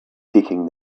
taking